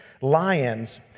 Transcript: lions